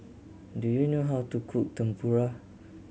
do you know how to cook Tempura